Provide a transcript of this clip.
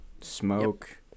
smoke